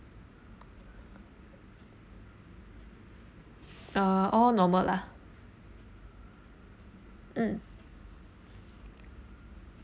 uh all normal lah mm